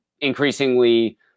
increasingly